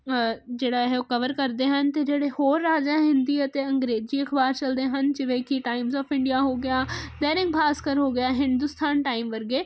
ਜਿਹੜਾ ਹੈ ਉਹ ਕਵਰ ਕਰਦੇ ਹਨ ਅਤੇ ਜਿਹੜੇ ਹੋਰ ਰਾਜ ਆ ਹਿੰਦੀ ਅਤੇ ਅੰਗਰੇਜ਼ੀ ਅਖ਼ਬਾਰ ਚਲਦੇ ਹਨ ਜਿਵੇਂ ਕਿ ਟਾਈਮਸ ਆਫ ਇੰਡੀਆ ਹੋ ਗਿਆ ਦੈਨਿਕ ਭਾਸਕਰ ਹੋ ਗਿਆ ਹਿੰਦੁਸਤਾਨ ਟਾਈਮ ਵਰਗੇ